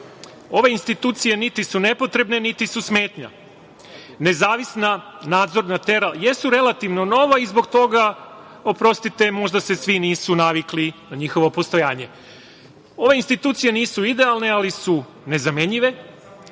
Ove institucije niti su nepotrebne, niti su smetnja. Nezavisna nadzorna tela jesu relativno nova i zbog toga, oprostite, možda se svi nisu navikli na njihovo postojanje. Ove institucije nisu idealne, ali su nezamenljive